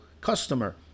customer